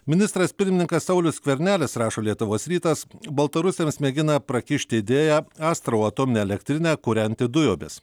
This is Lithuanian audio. ministras pirmininkas saulius skvernelis rašo lietuvos rytas baltarusiams mėgina prakišti idėją astravo atominę elektrinę kūrenti dujomis